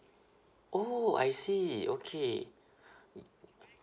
oh I see okay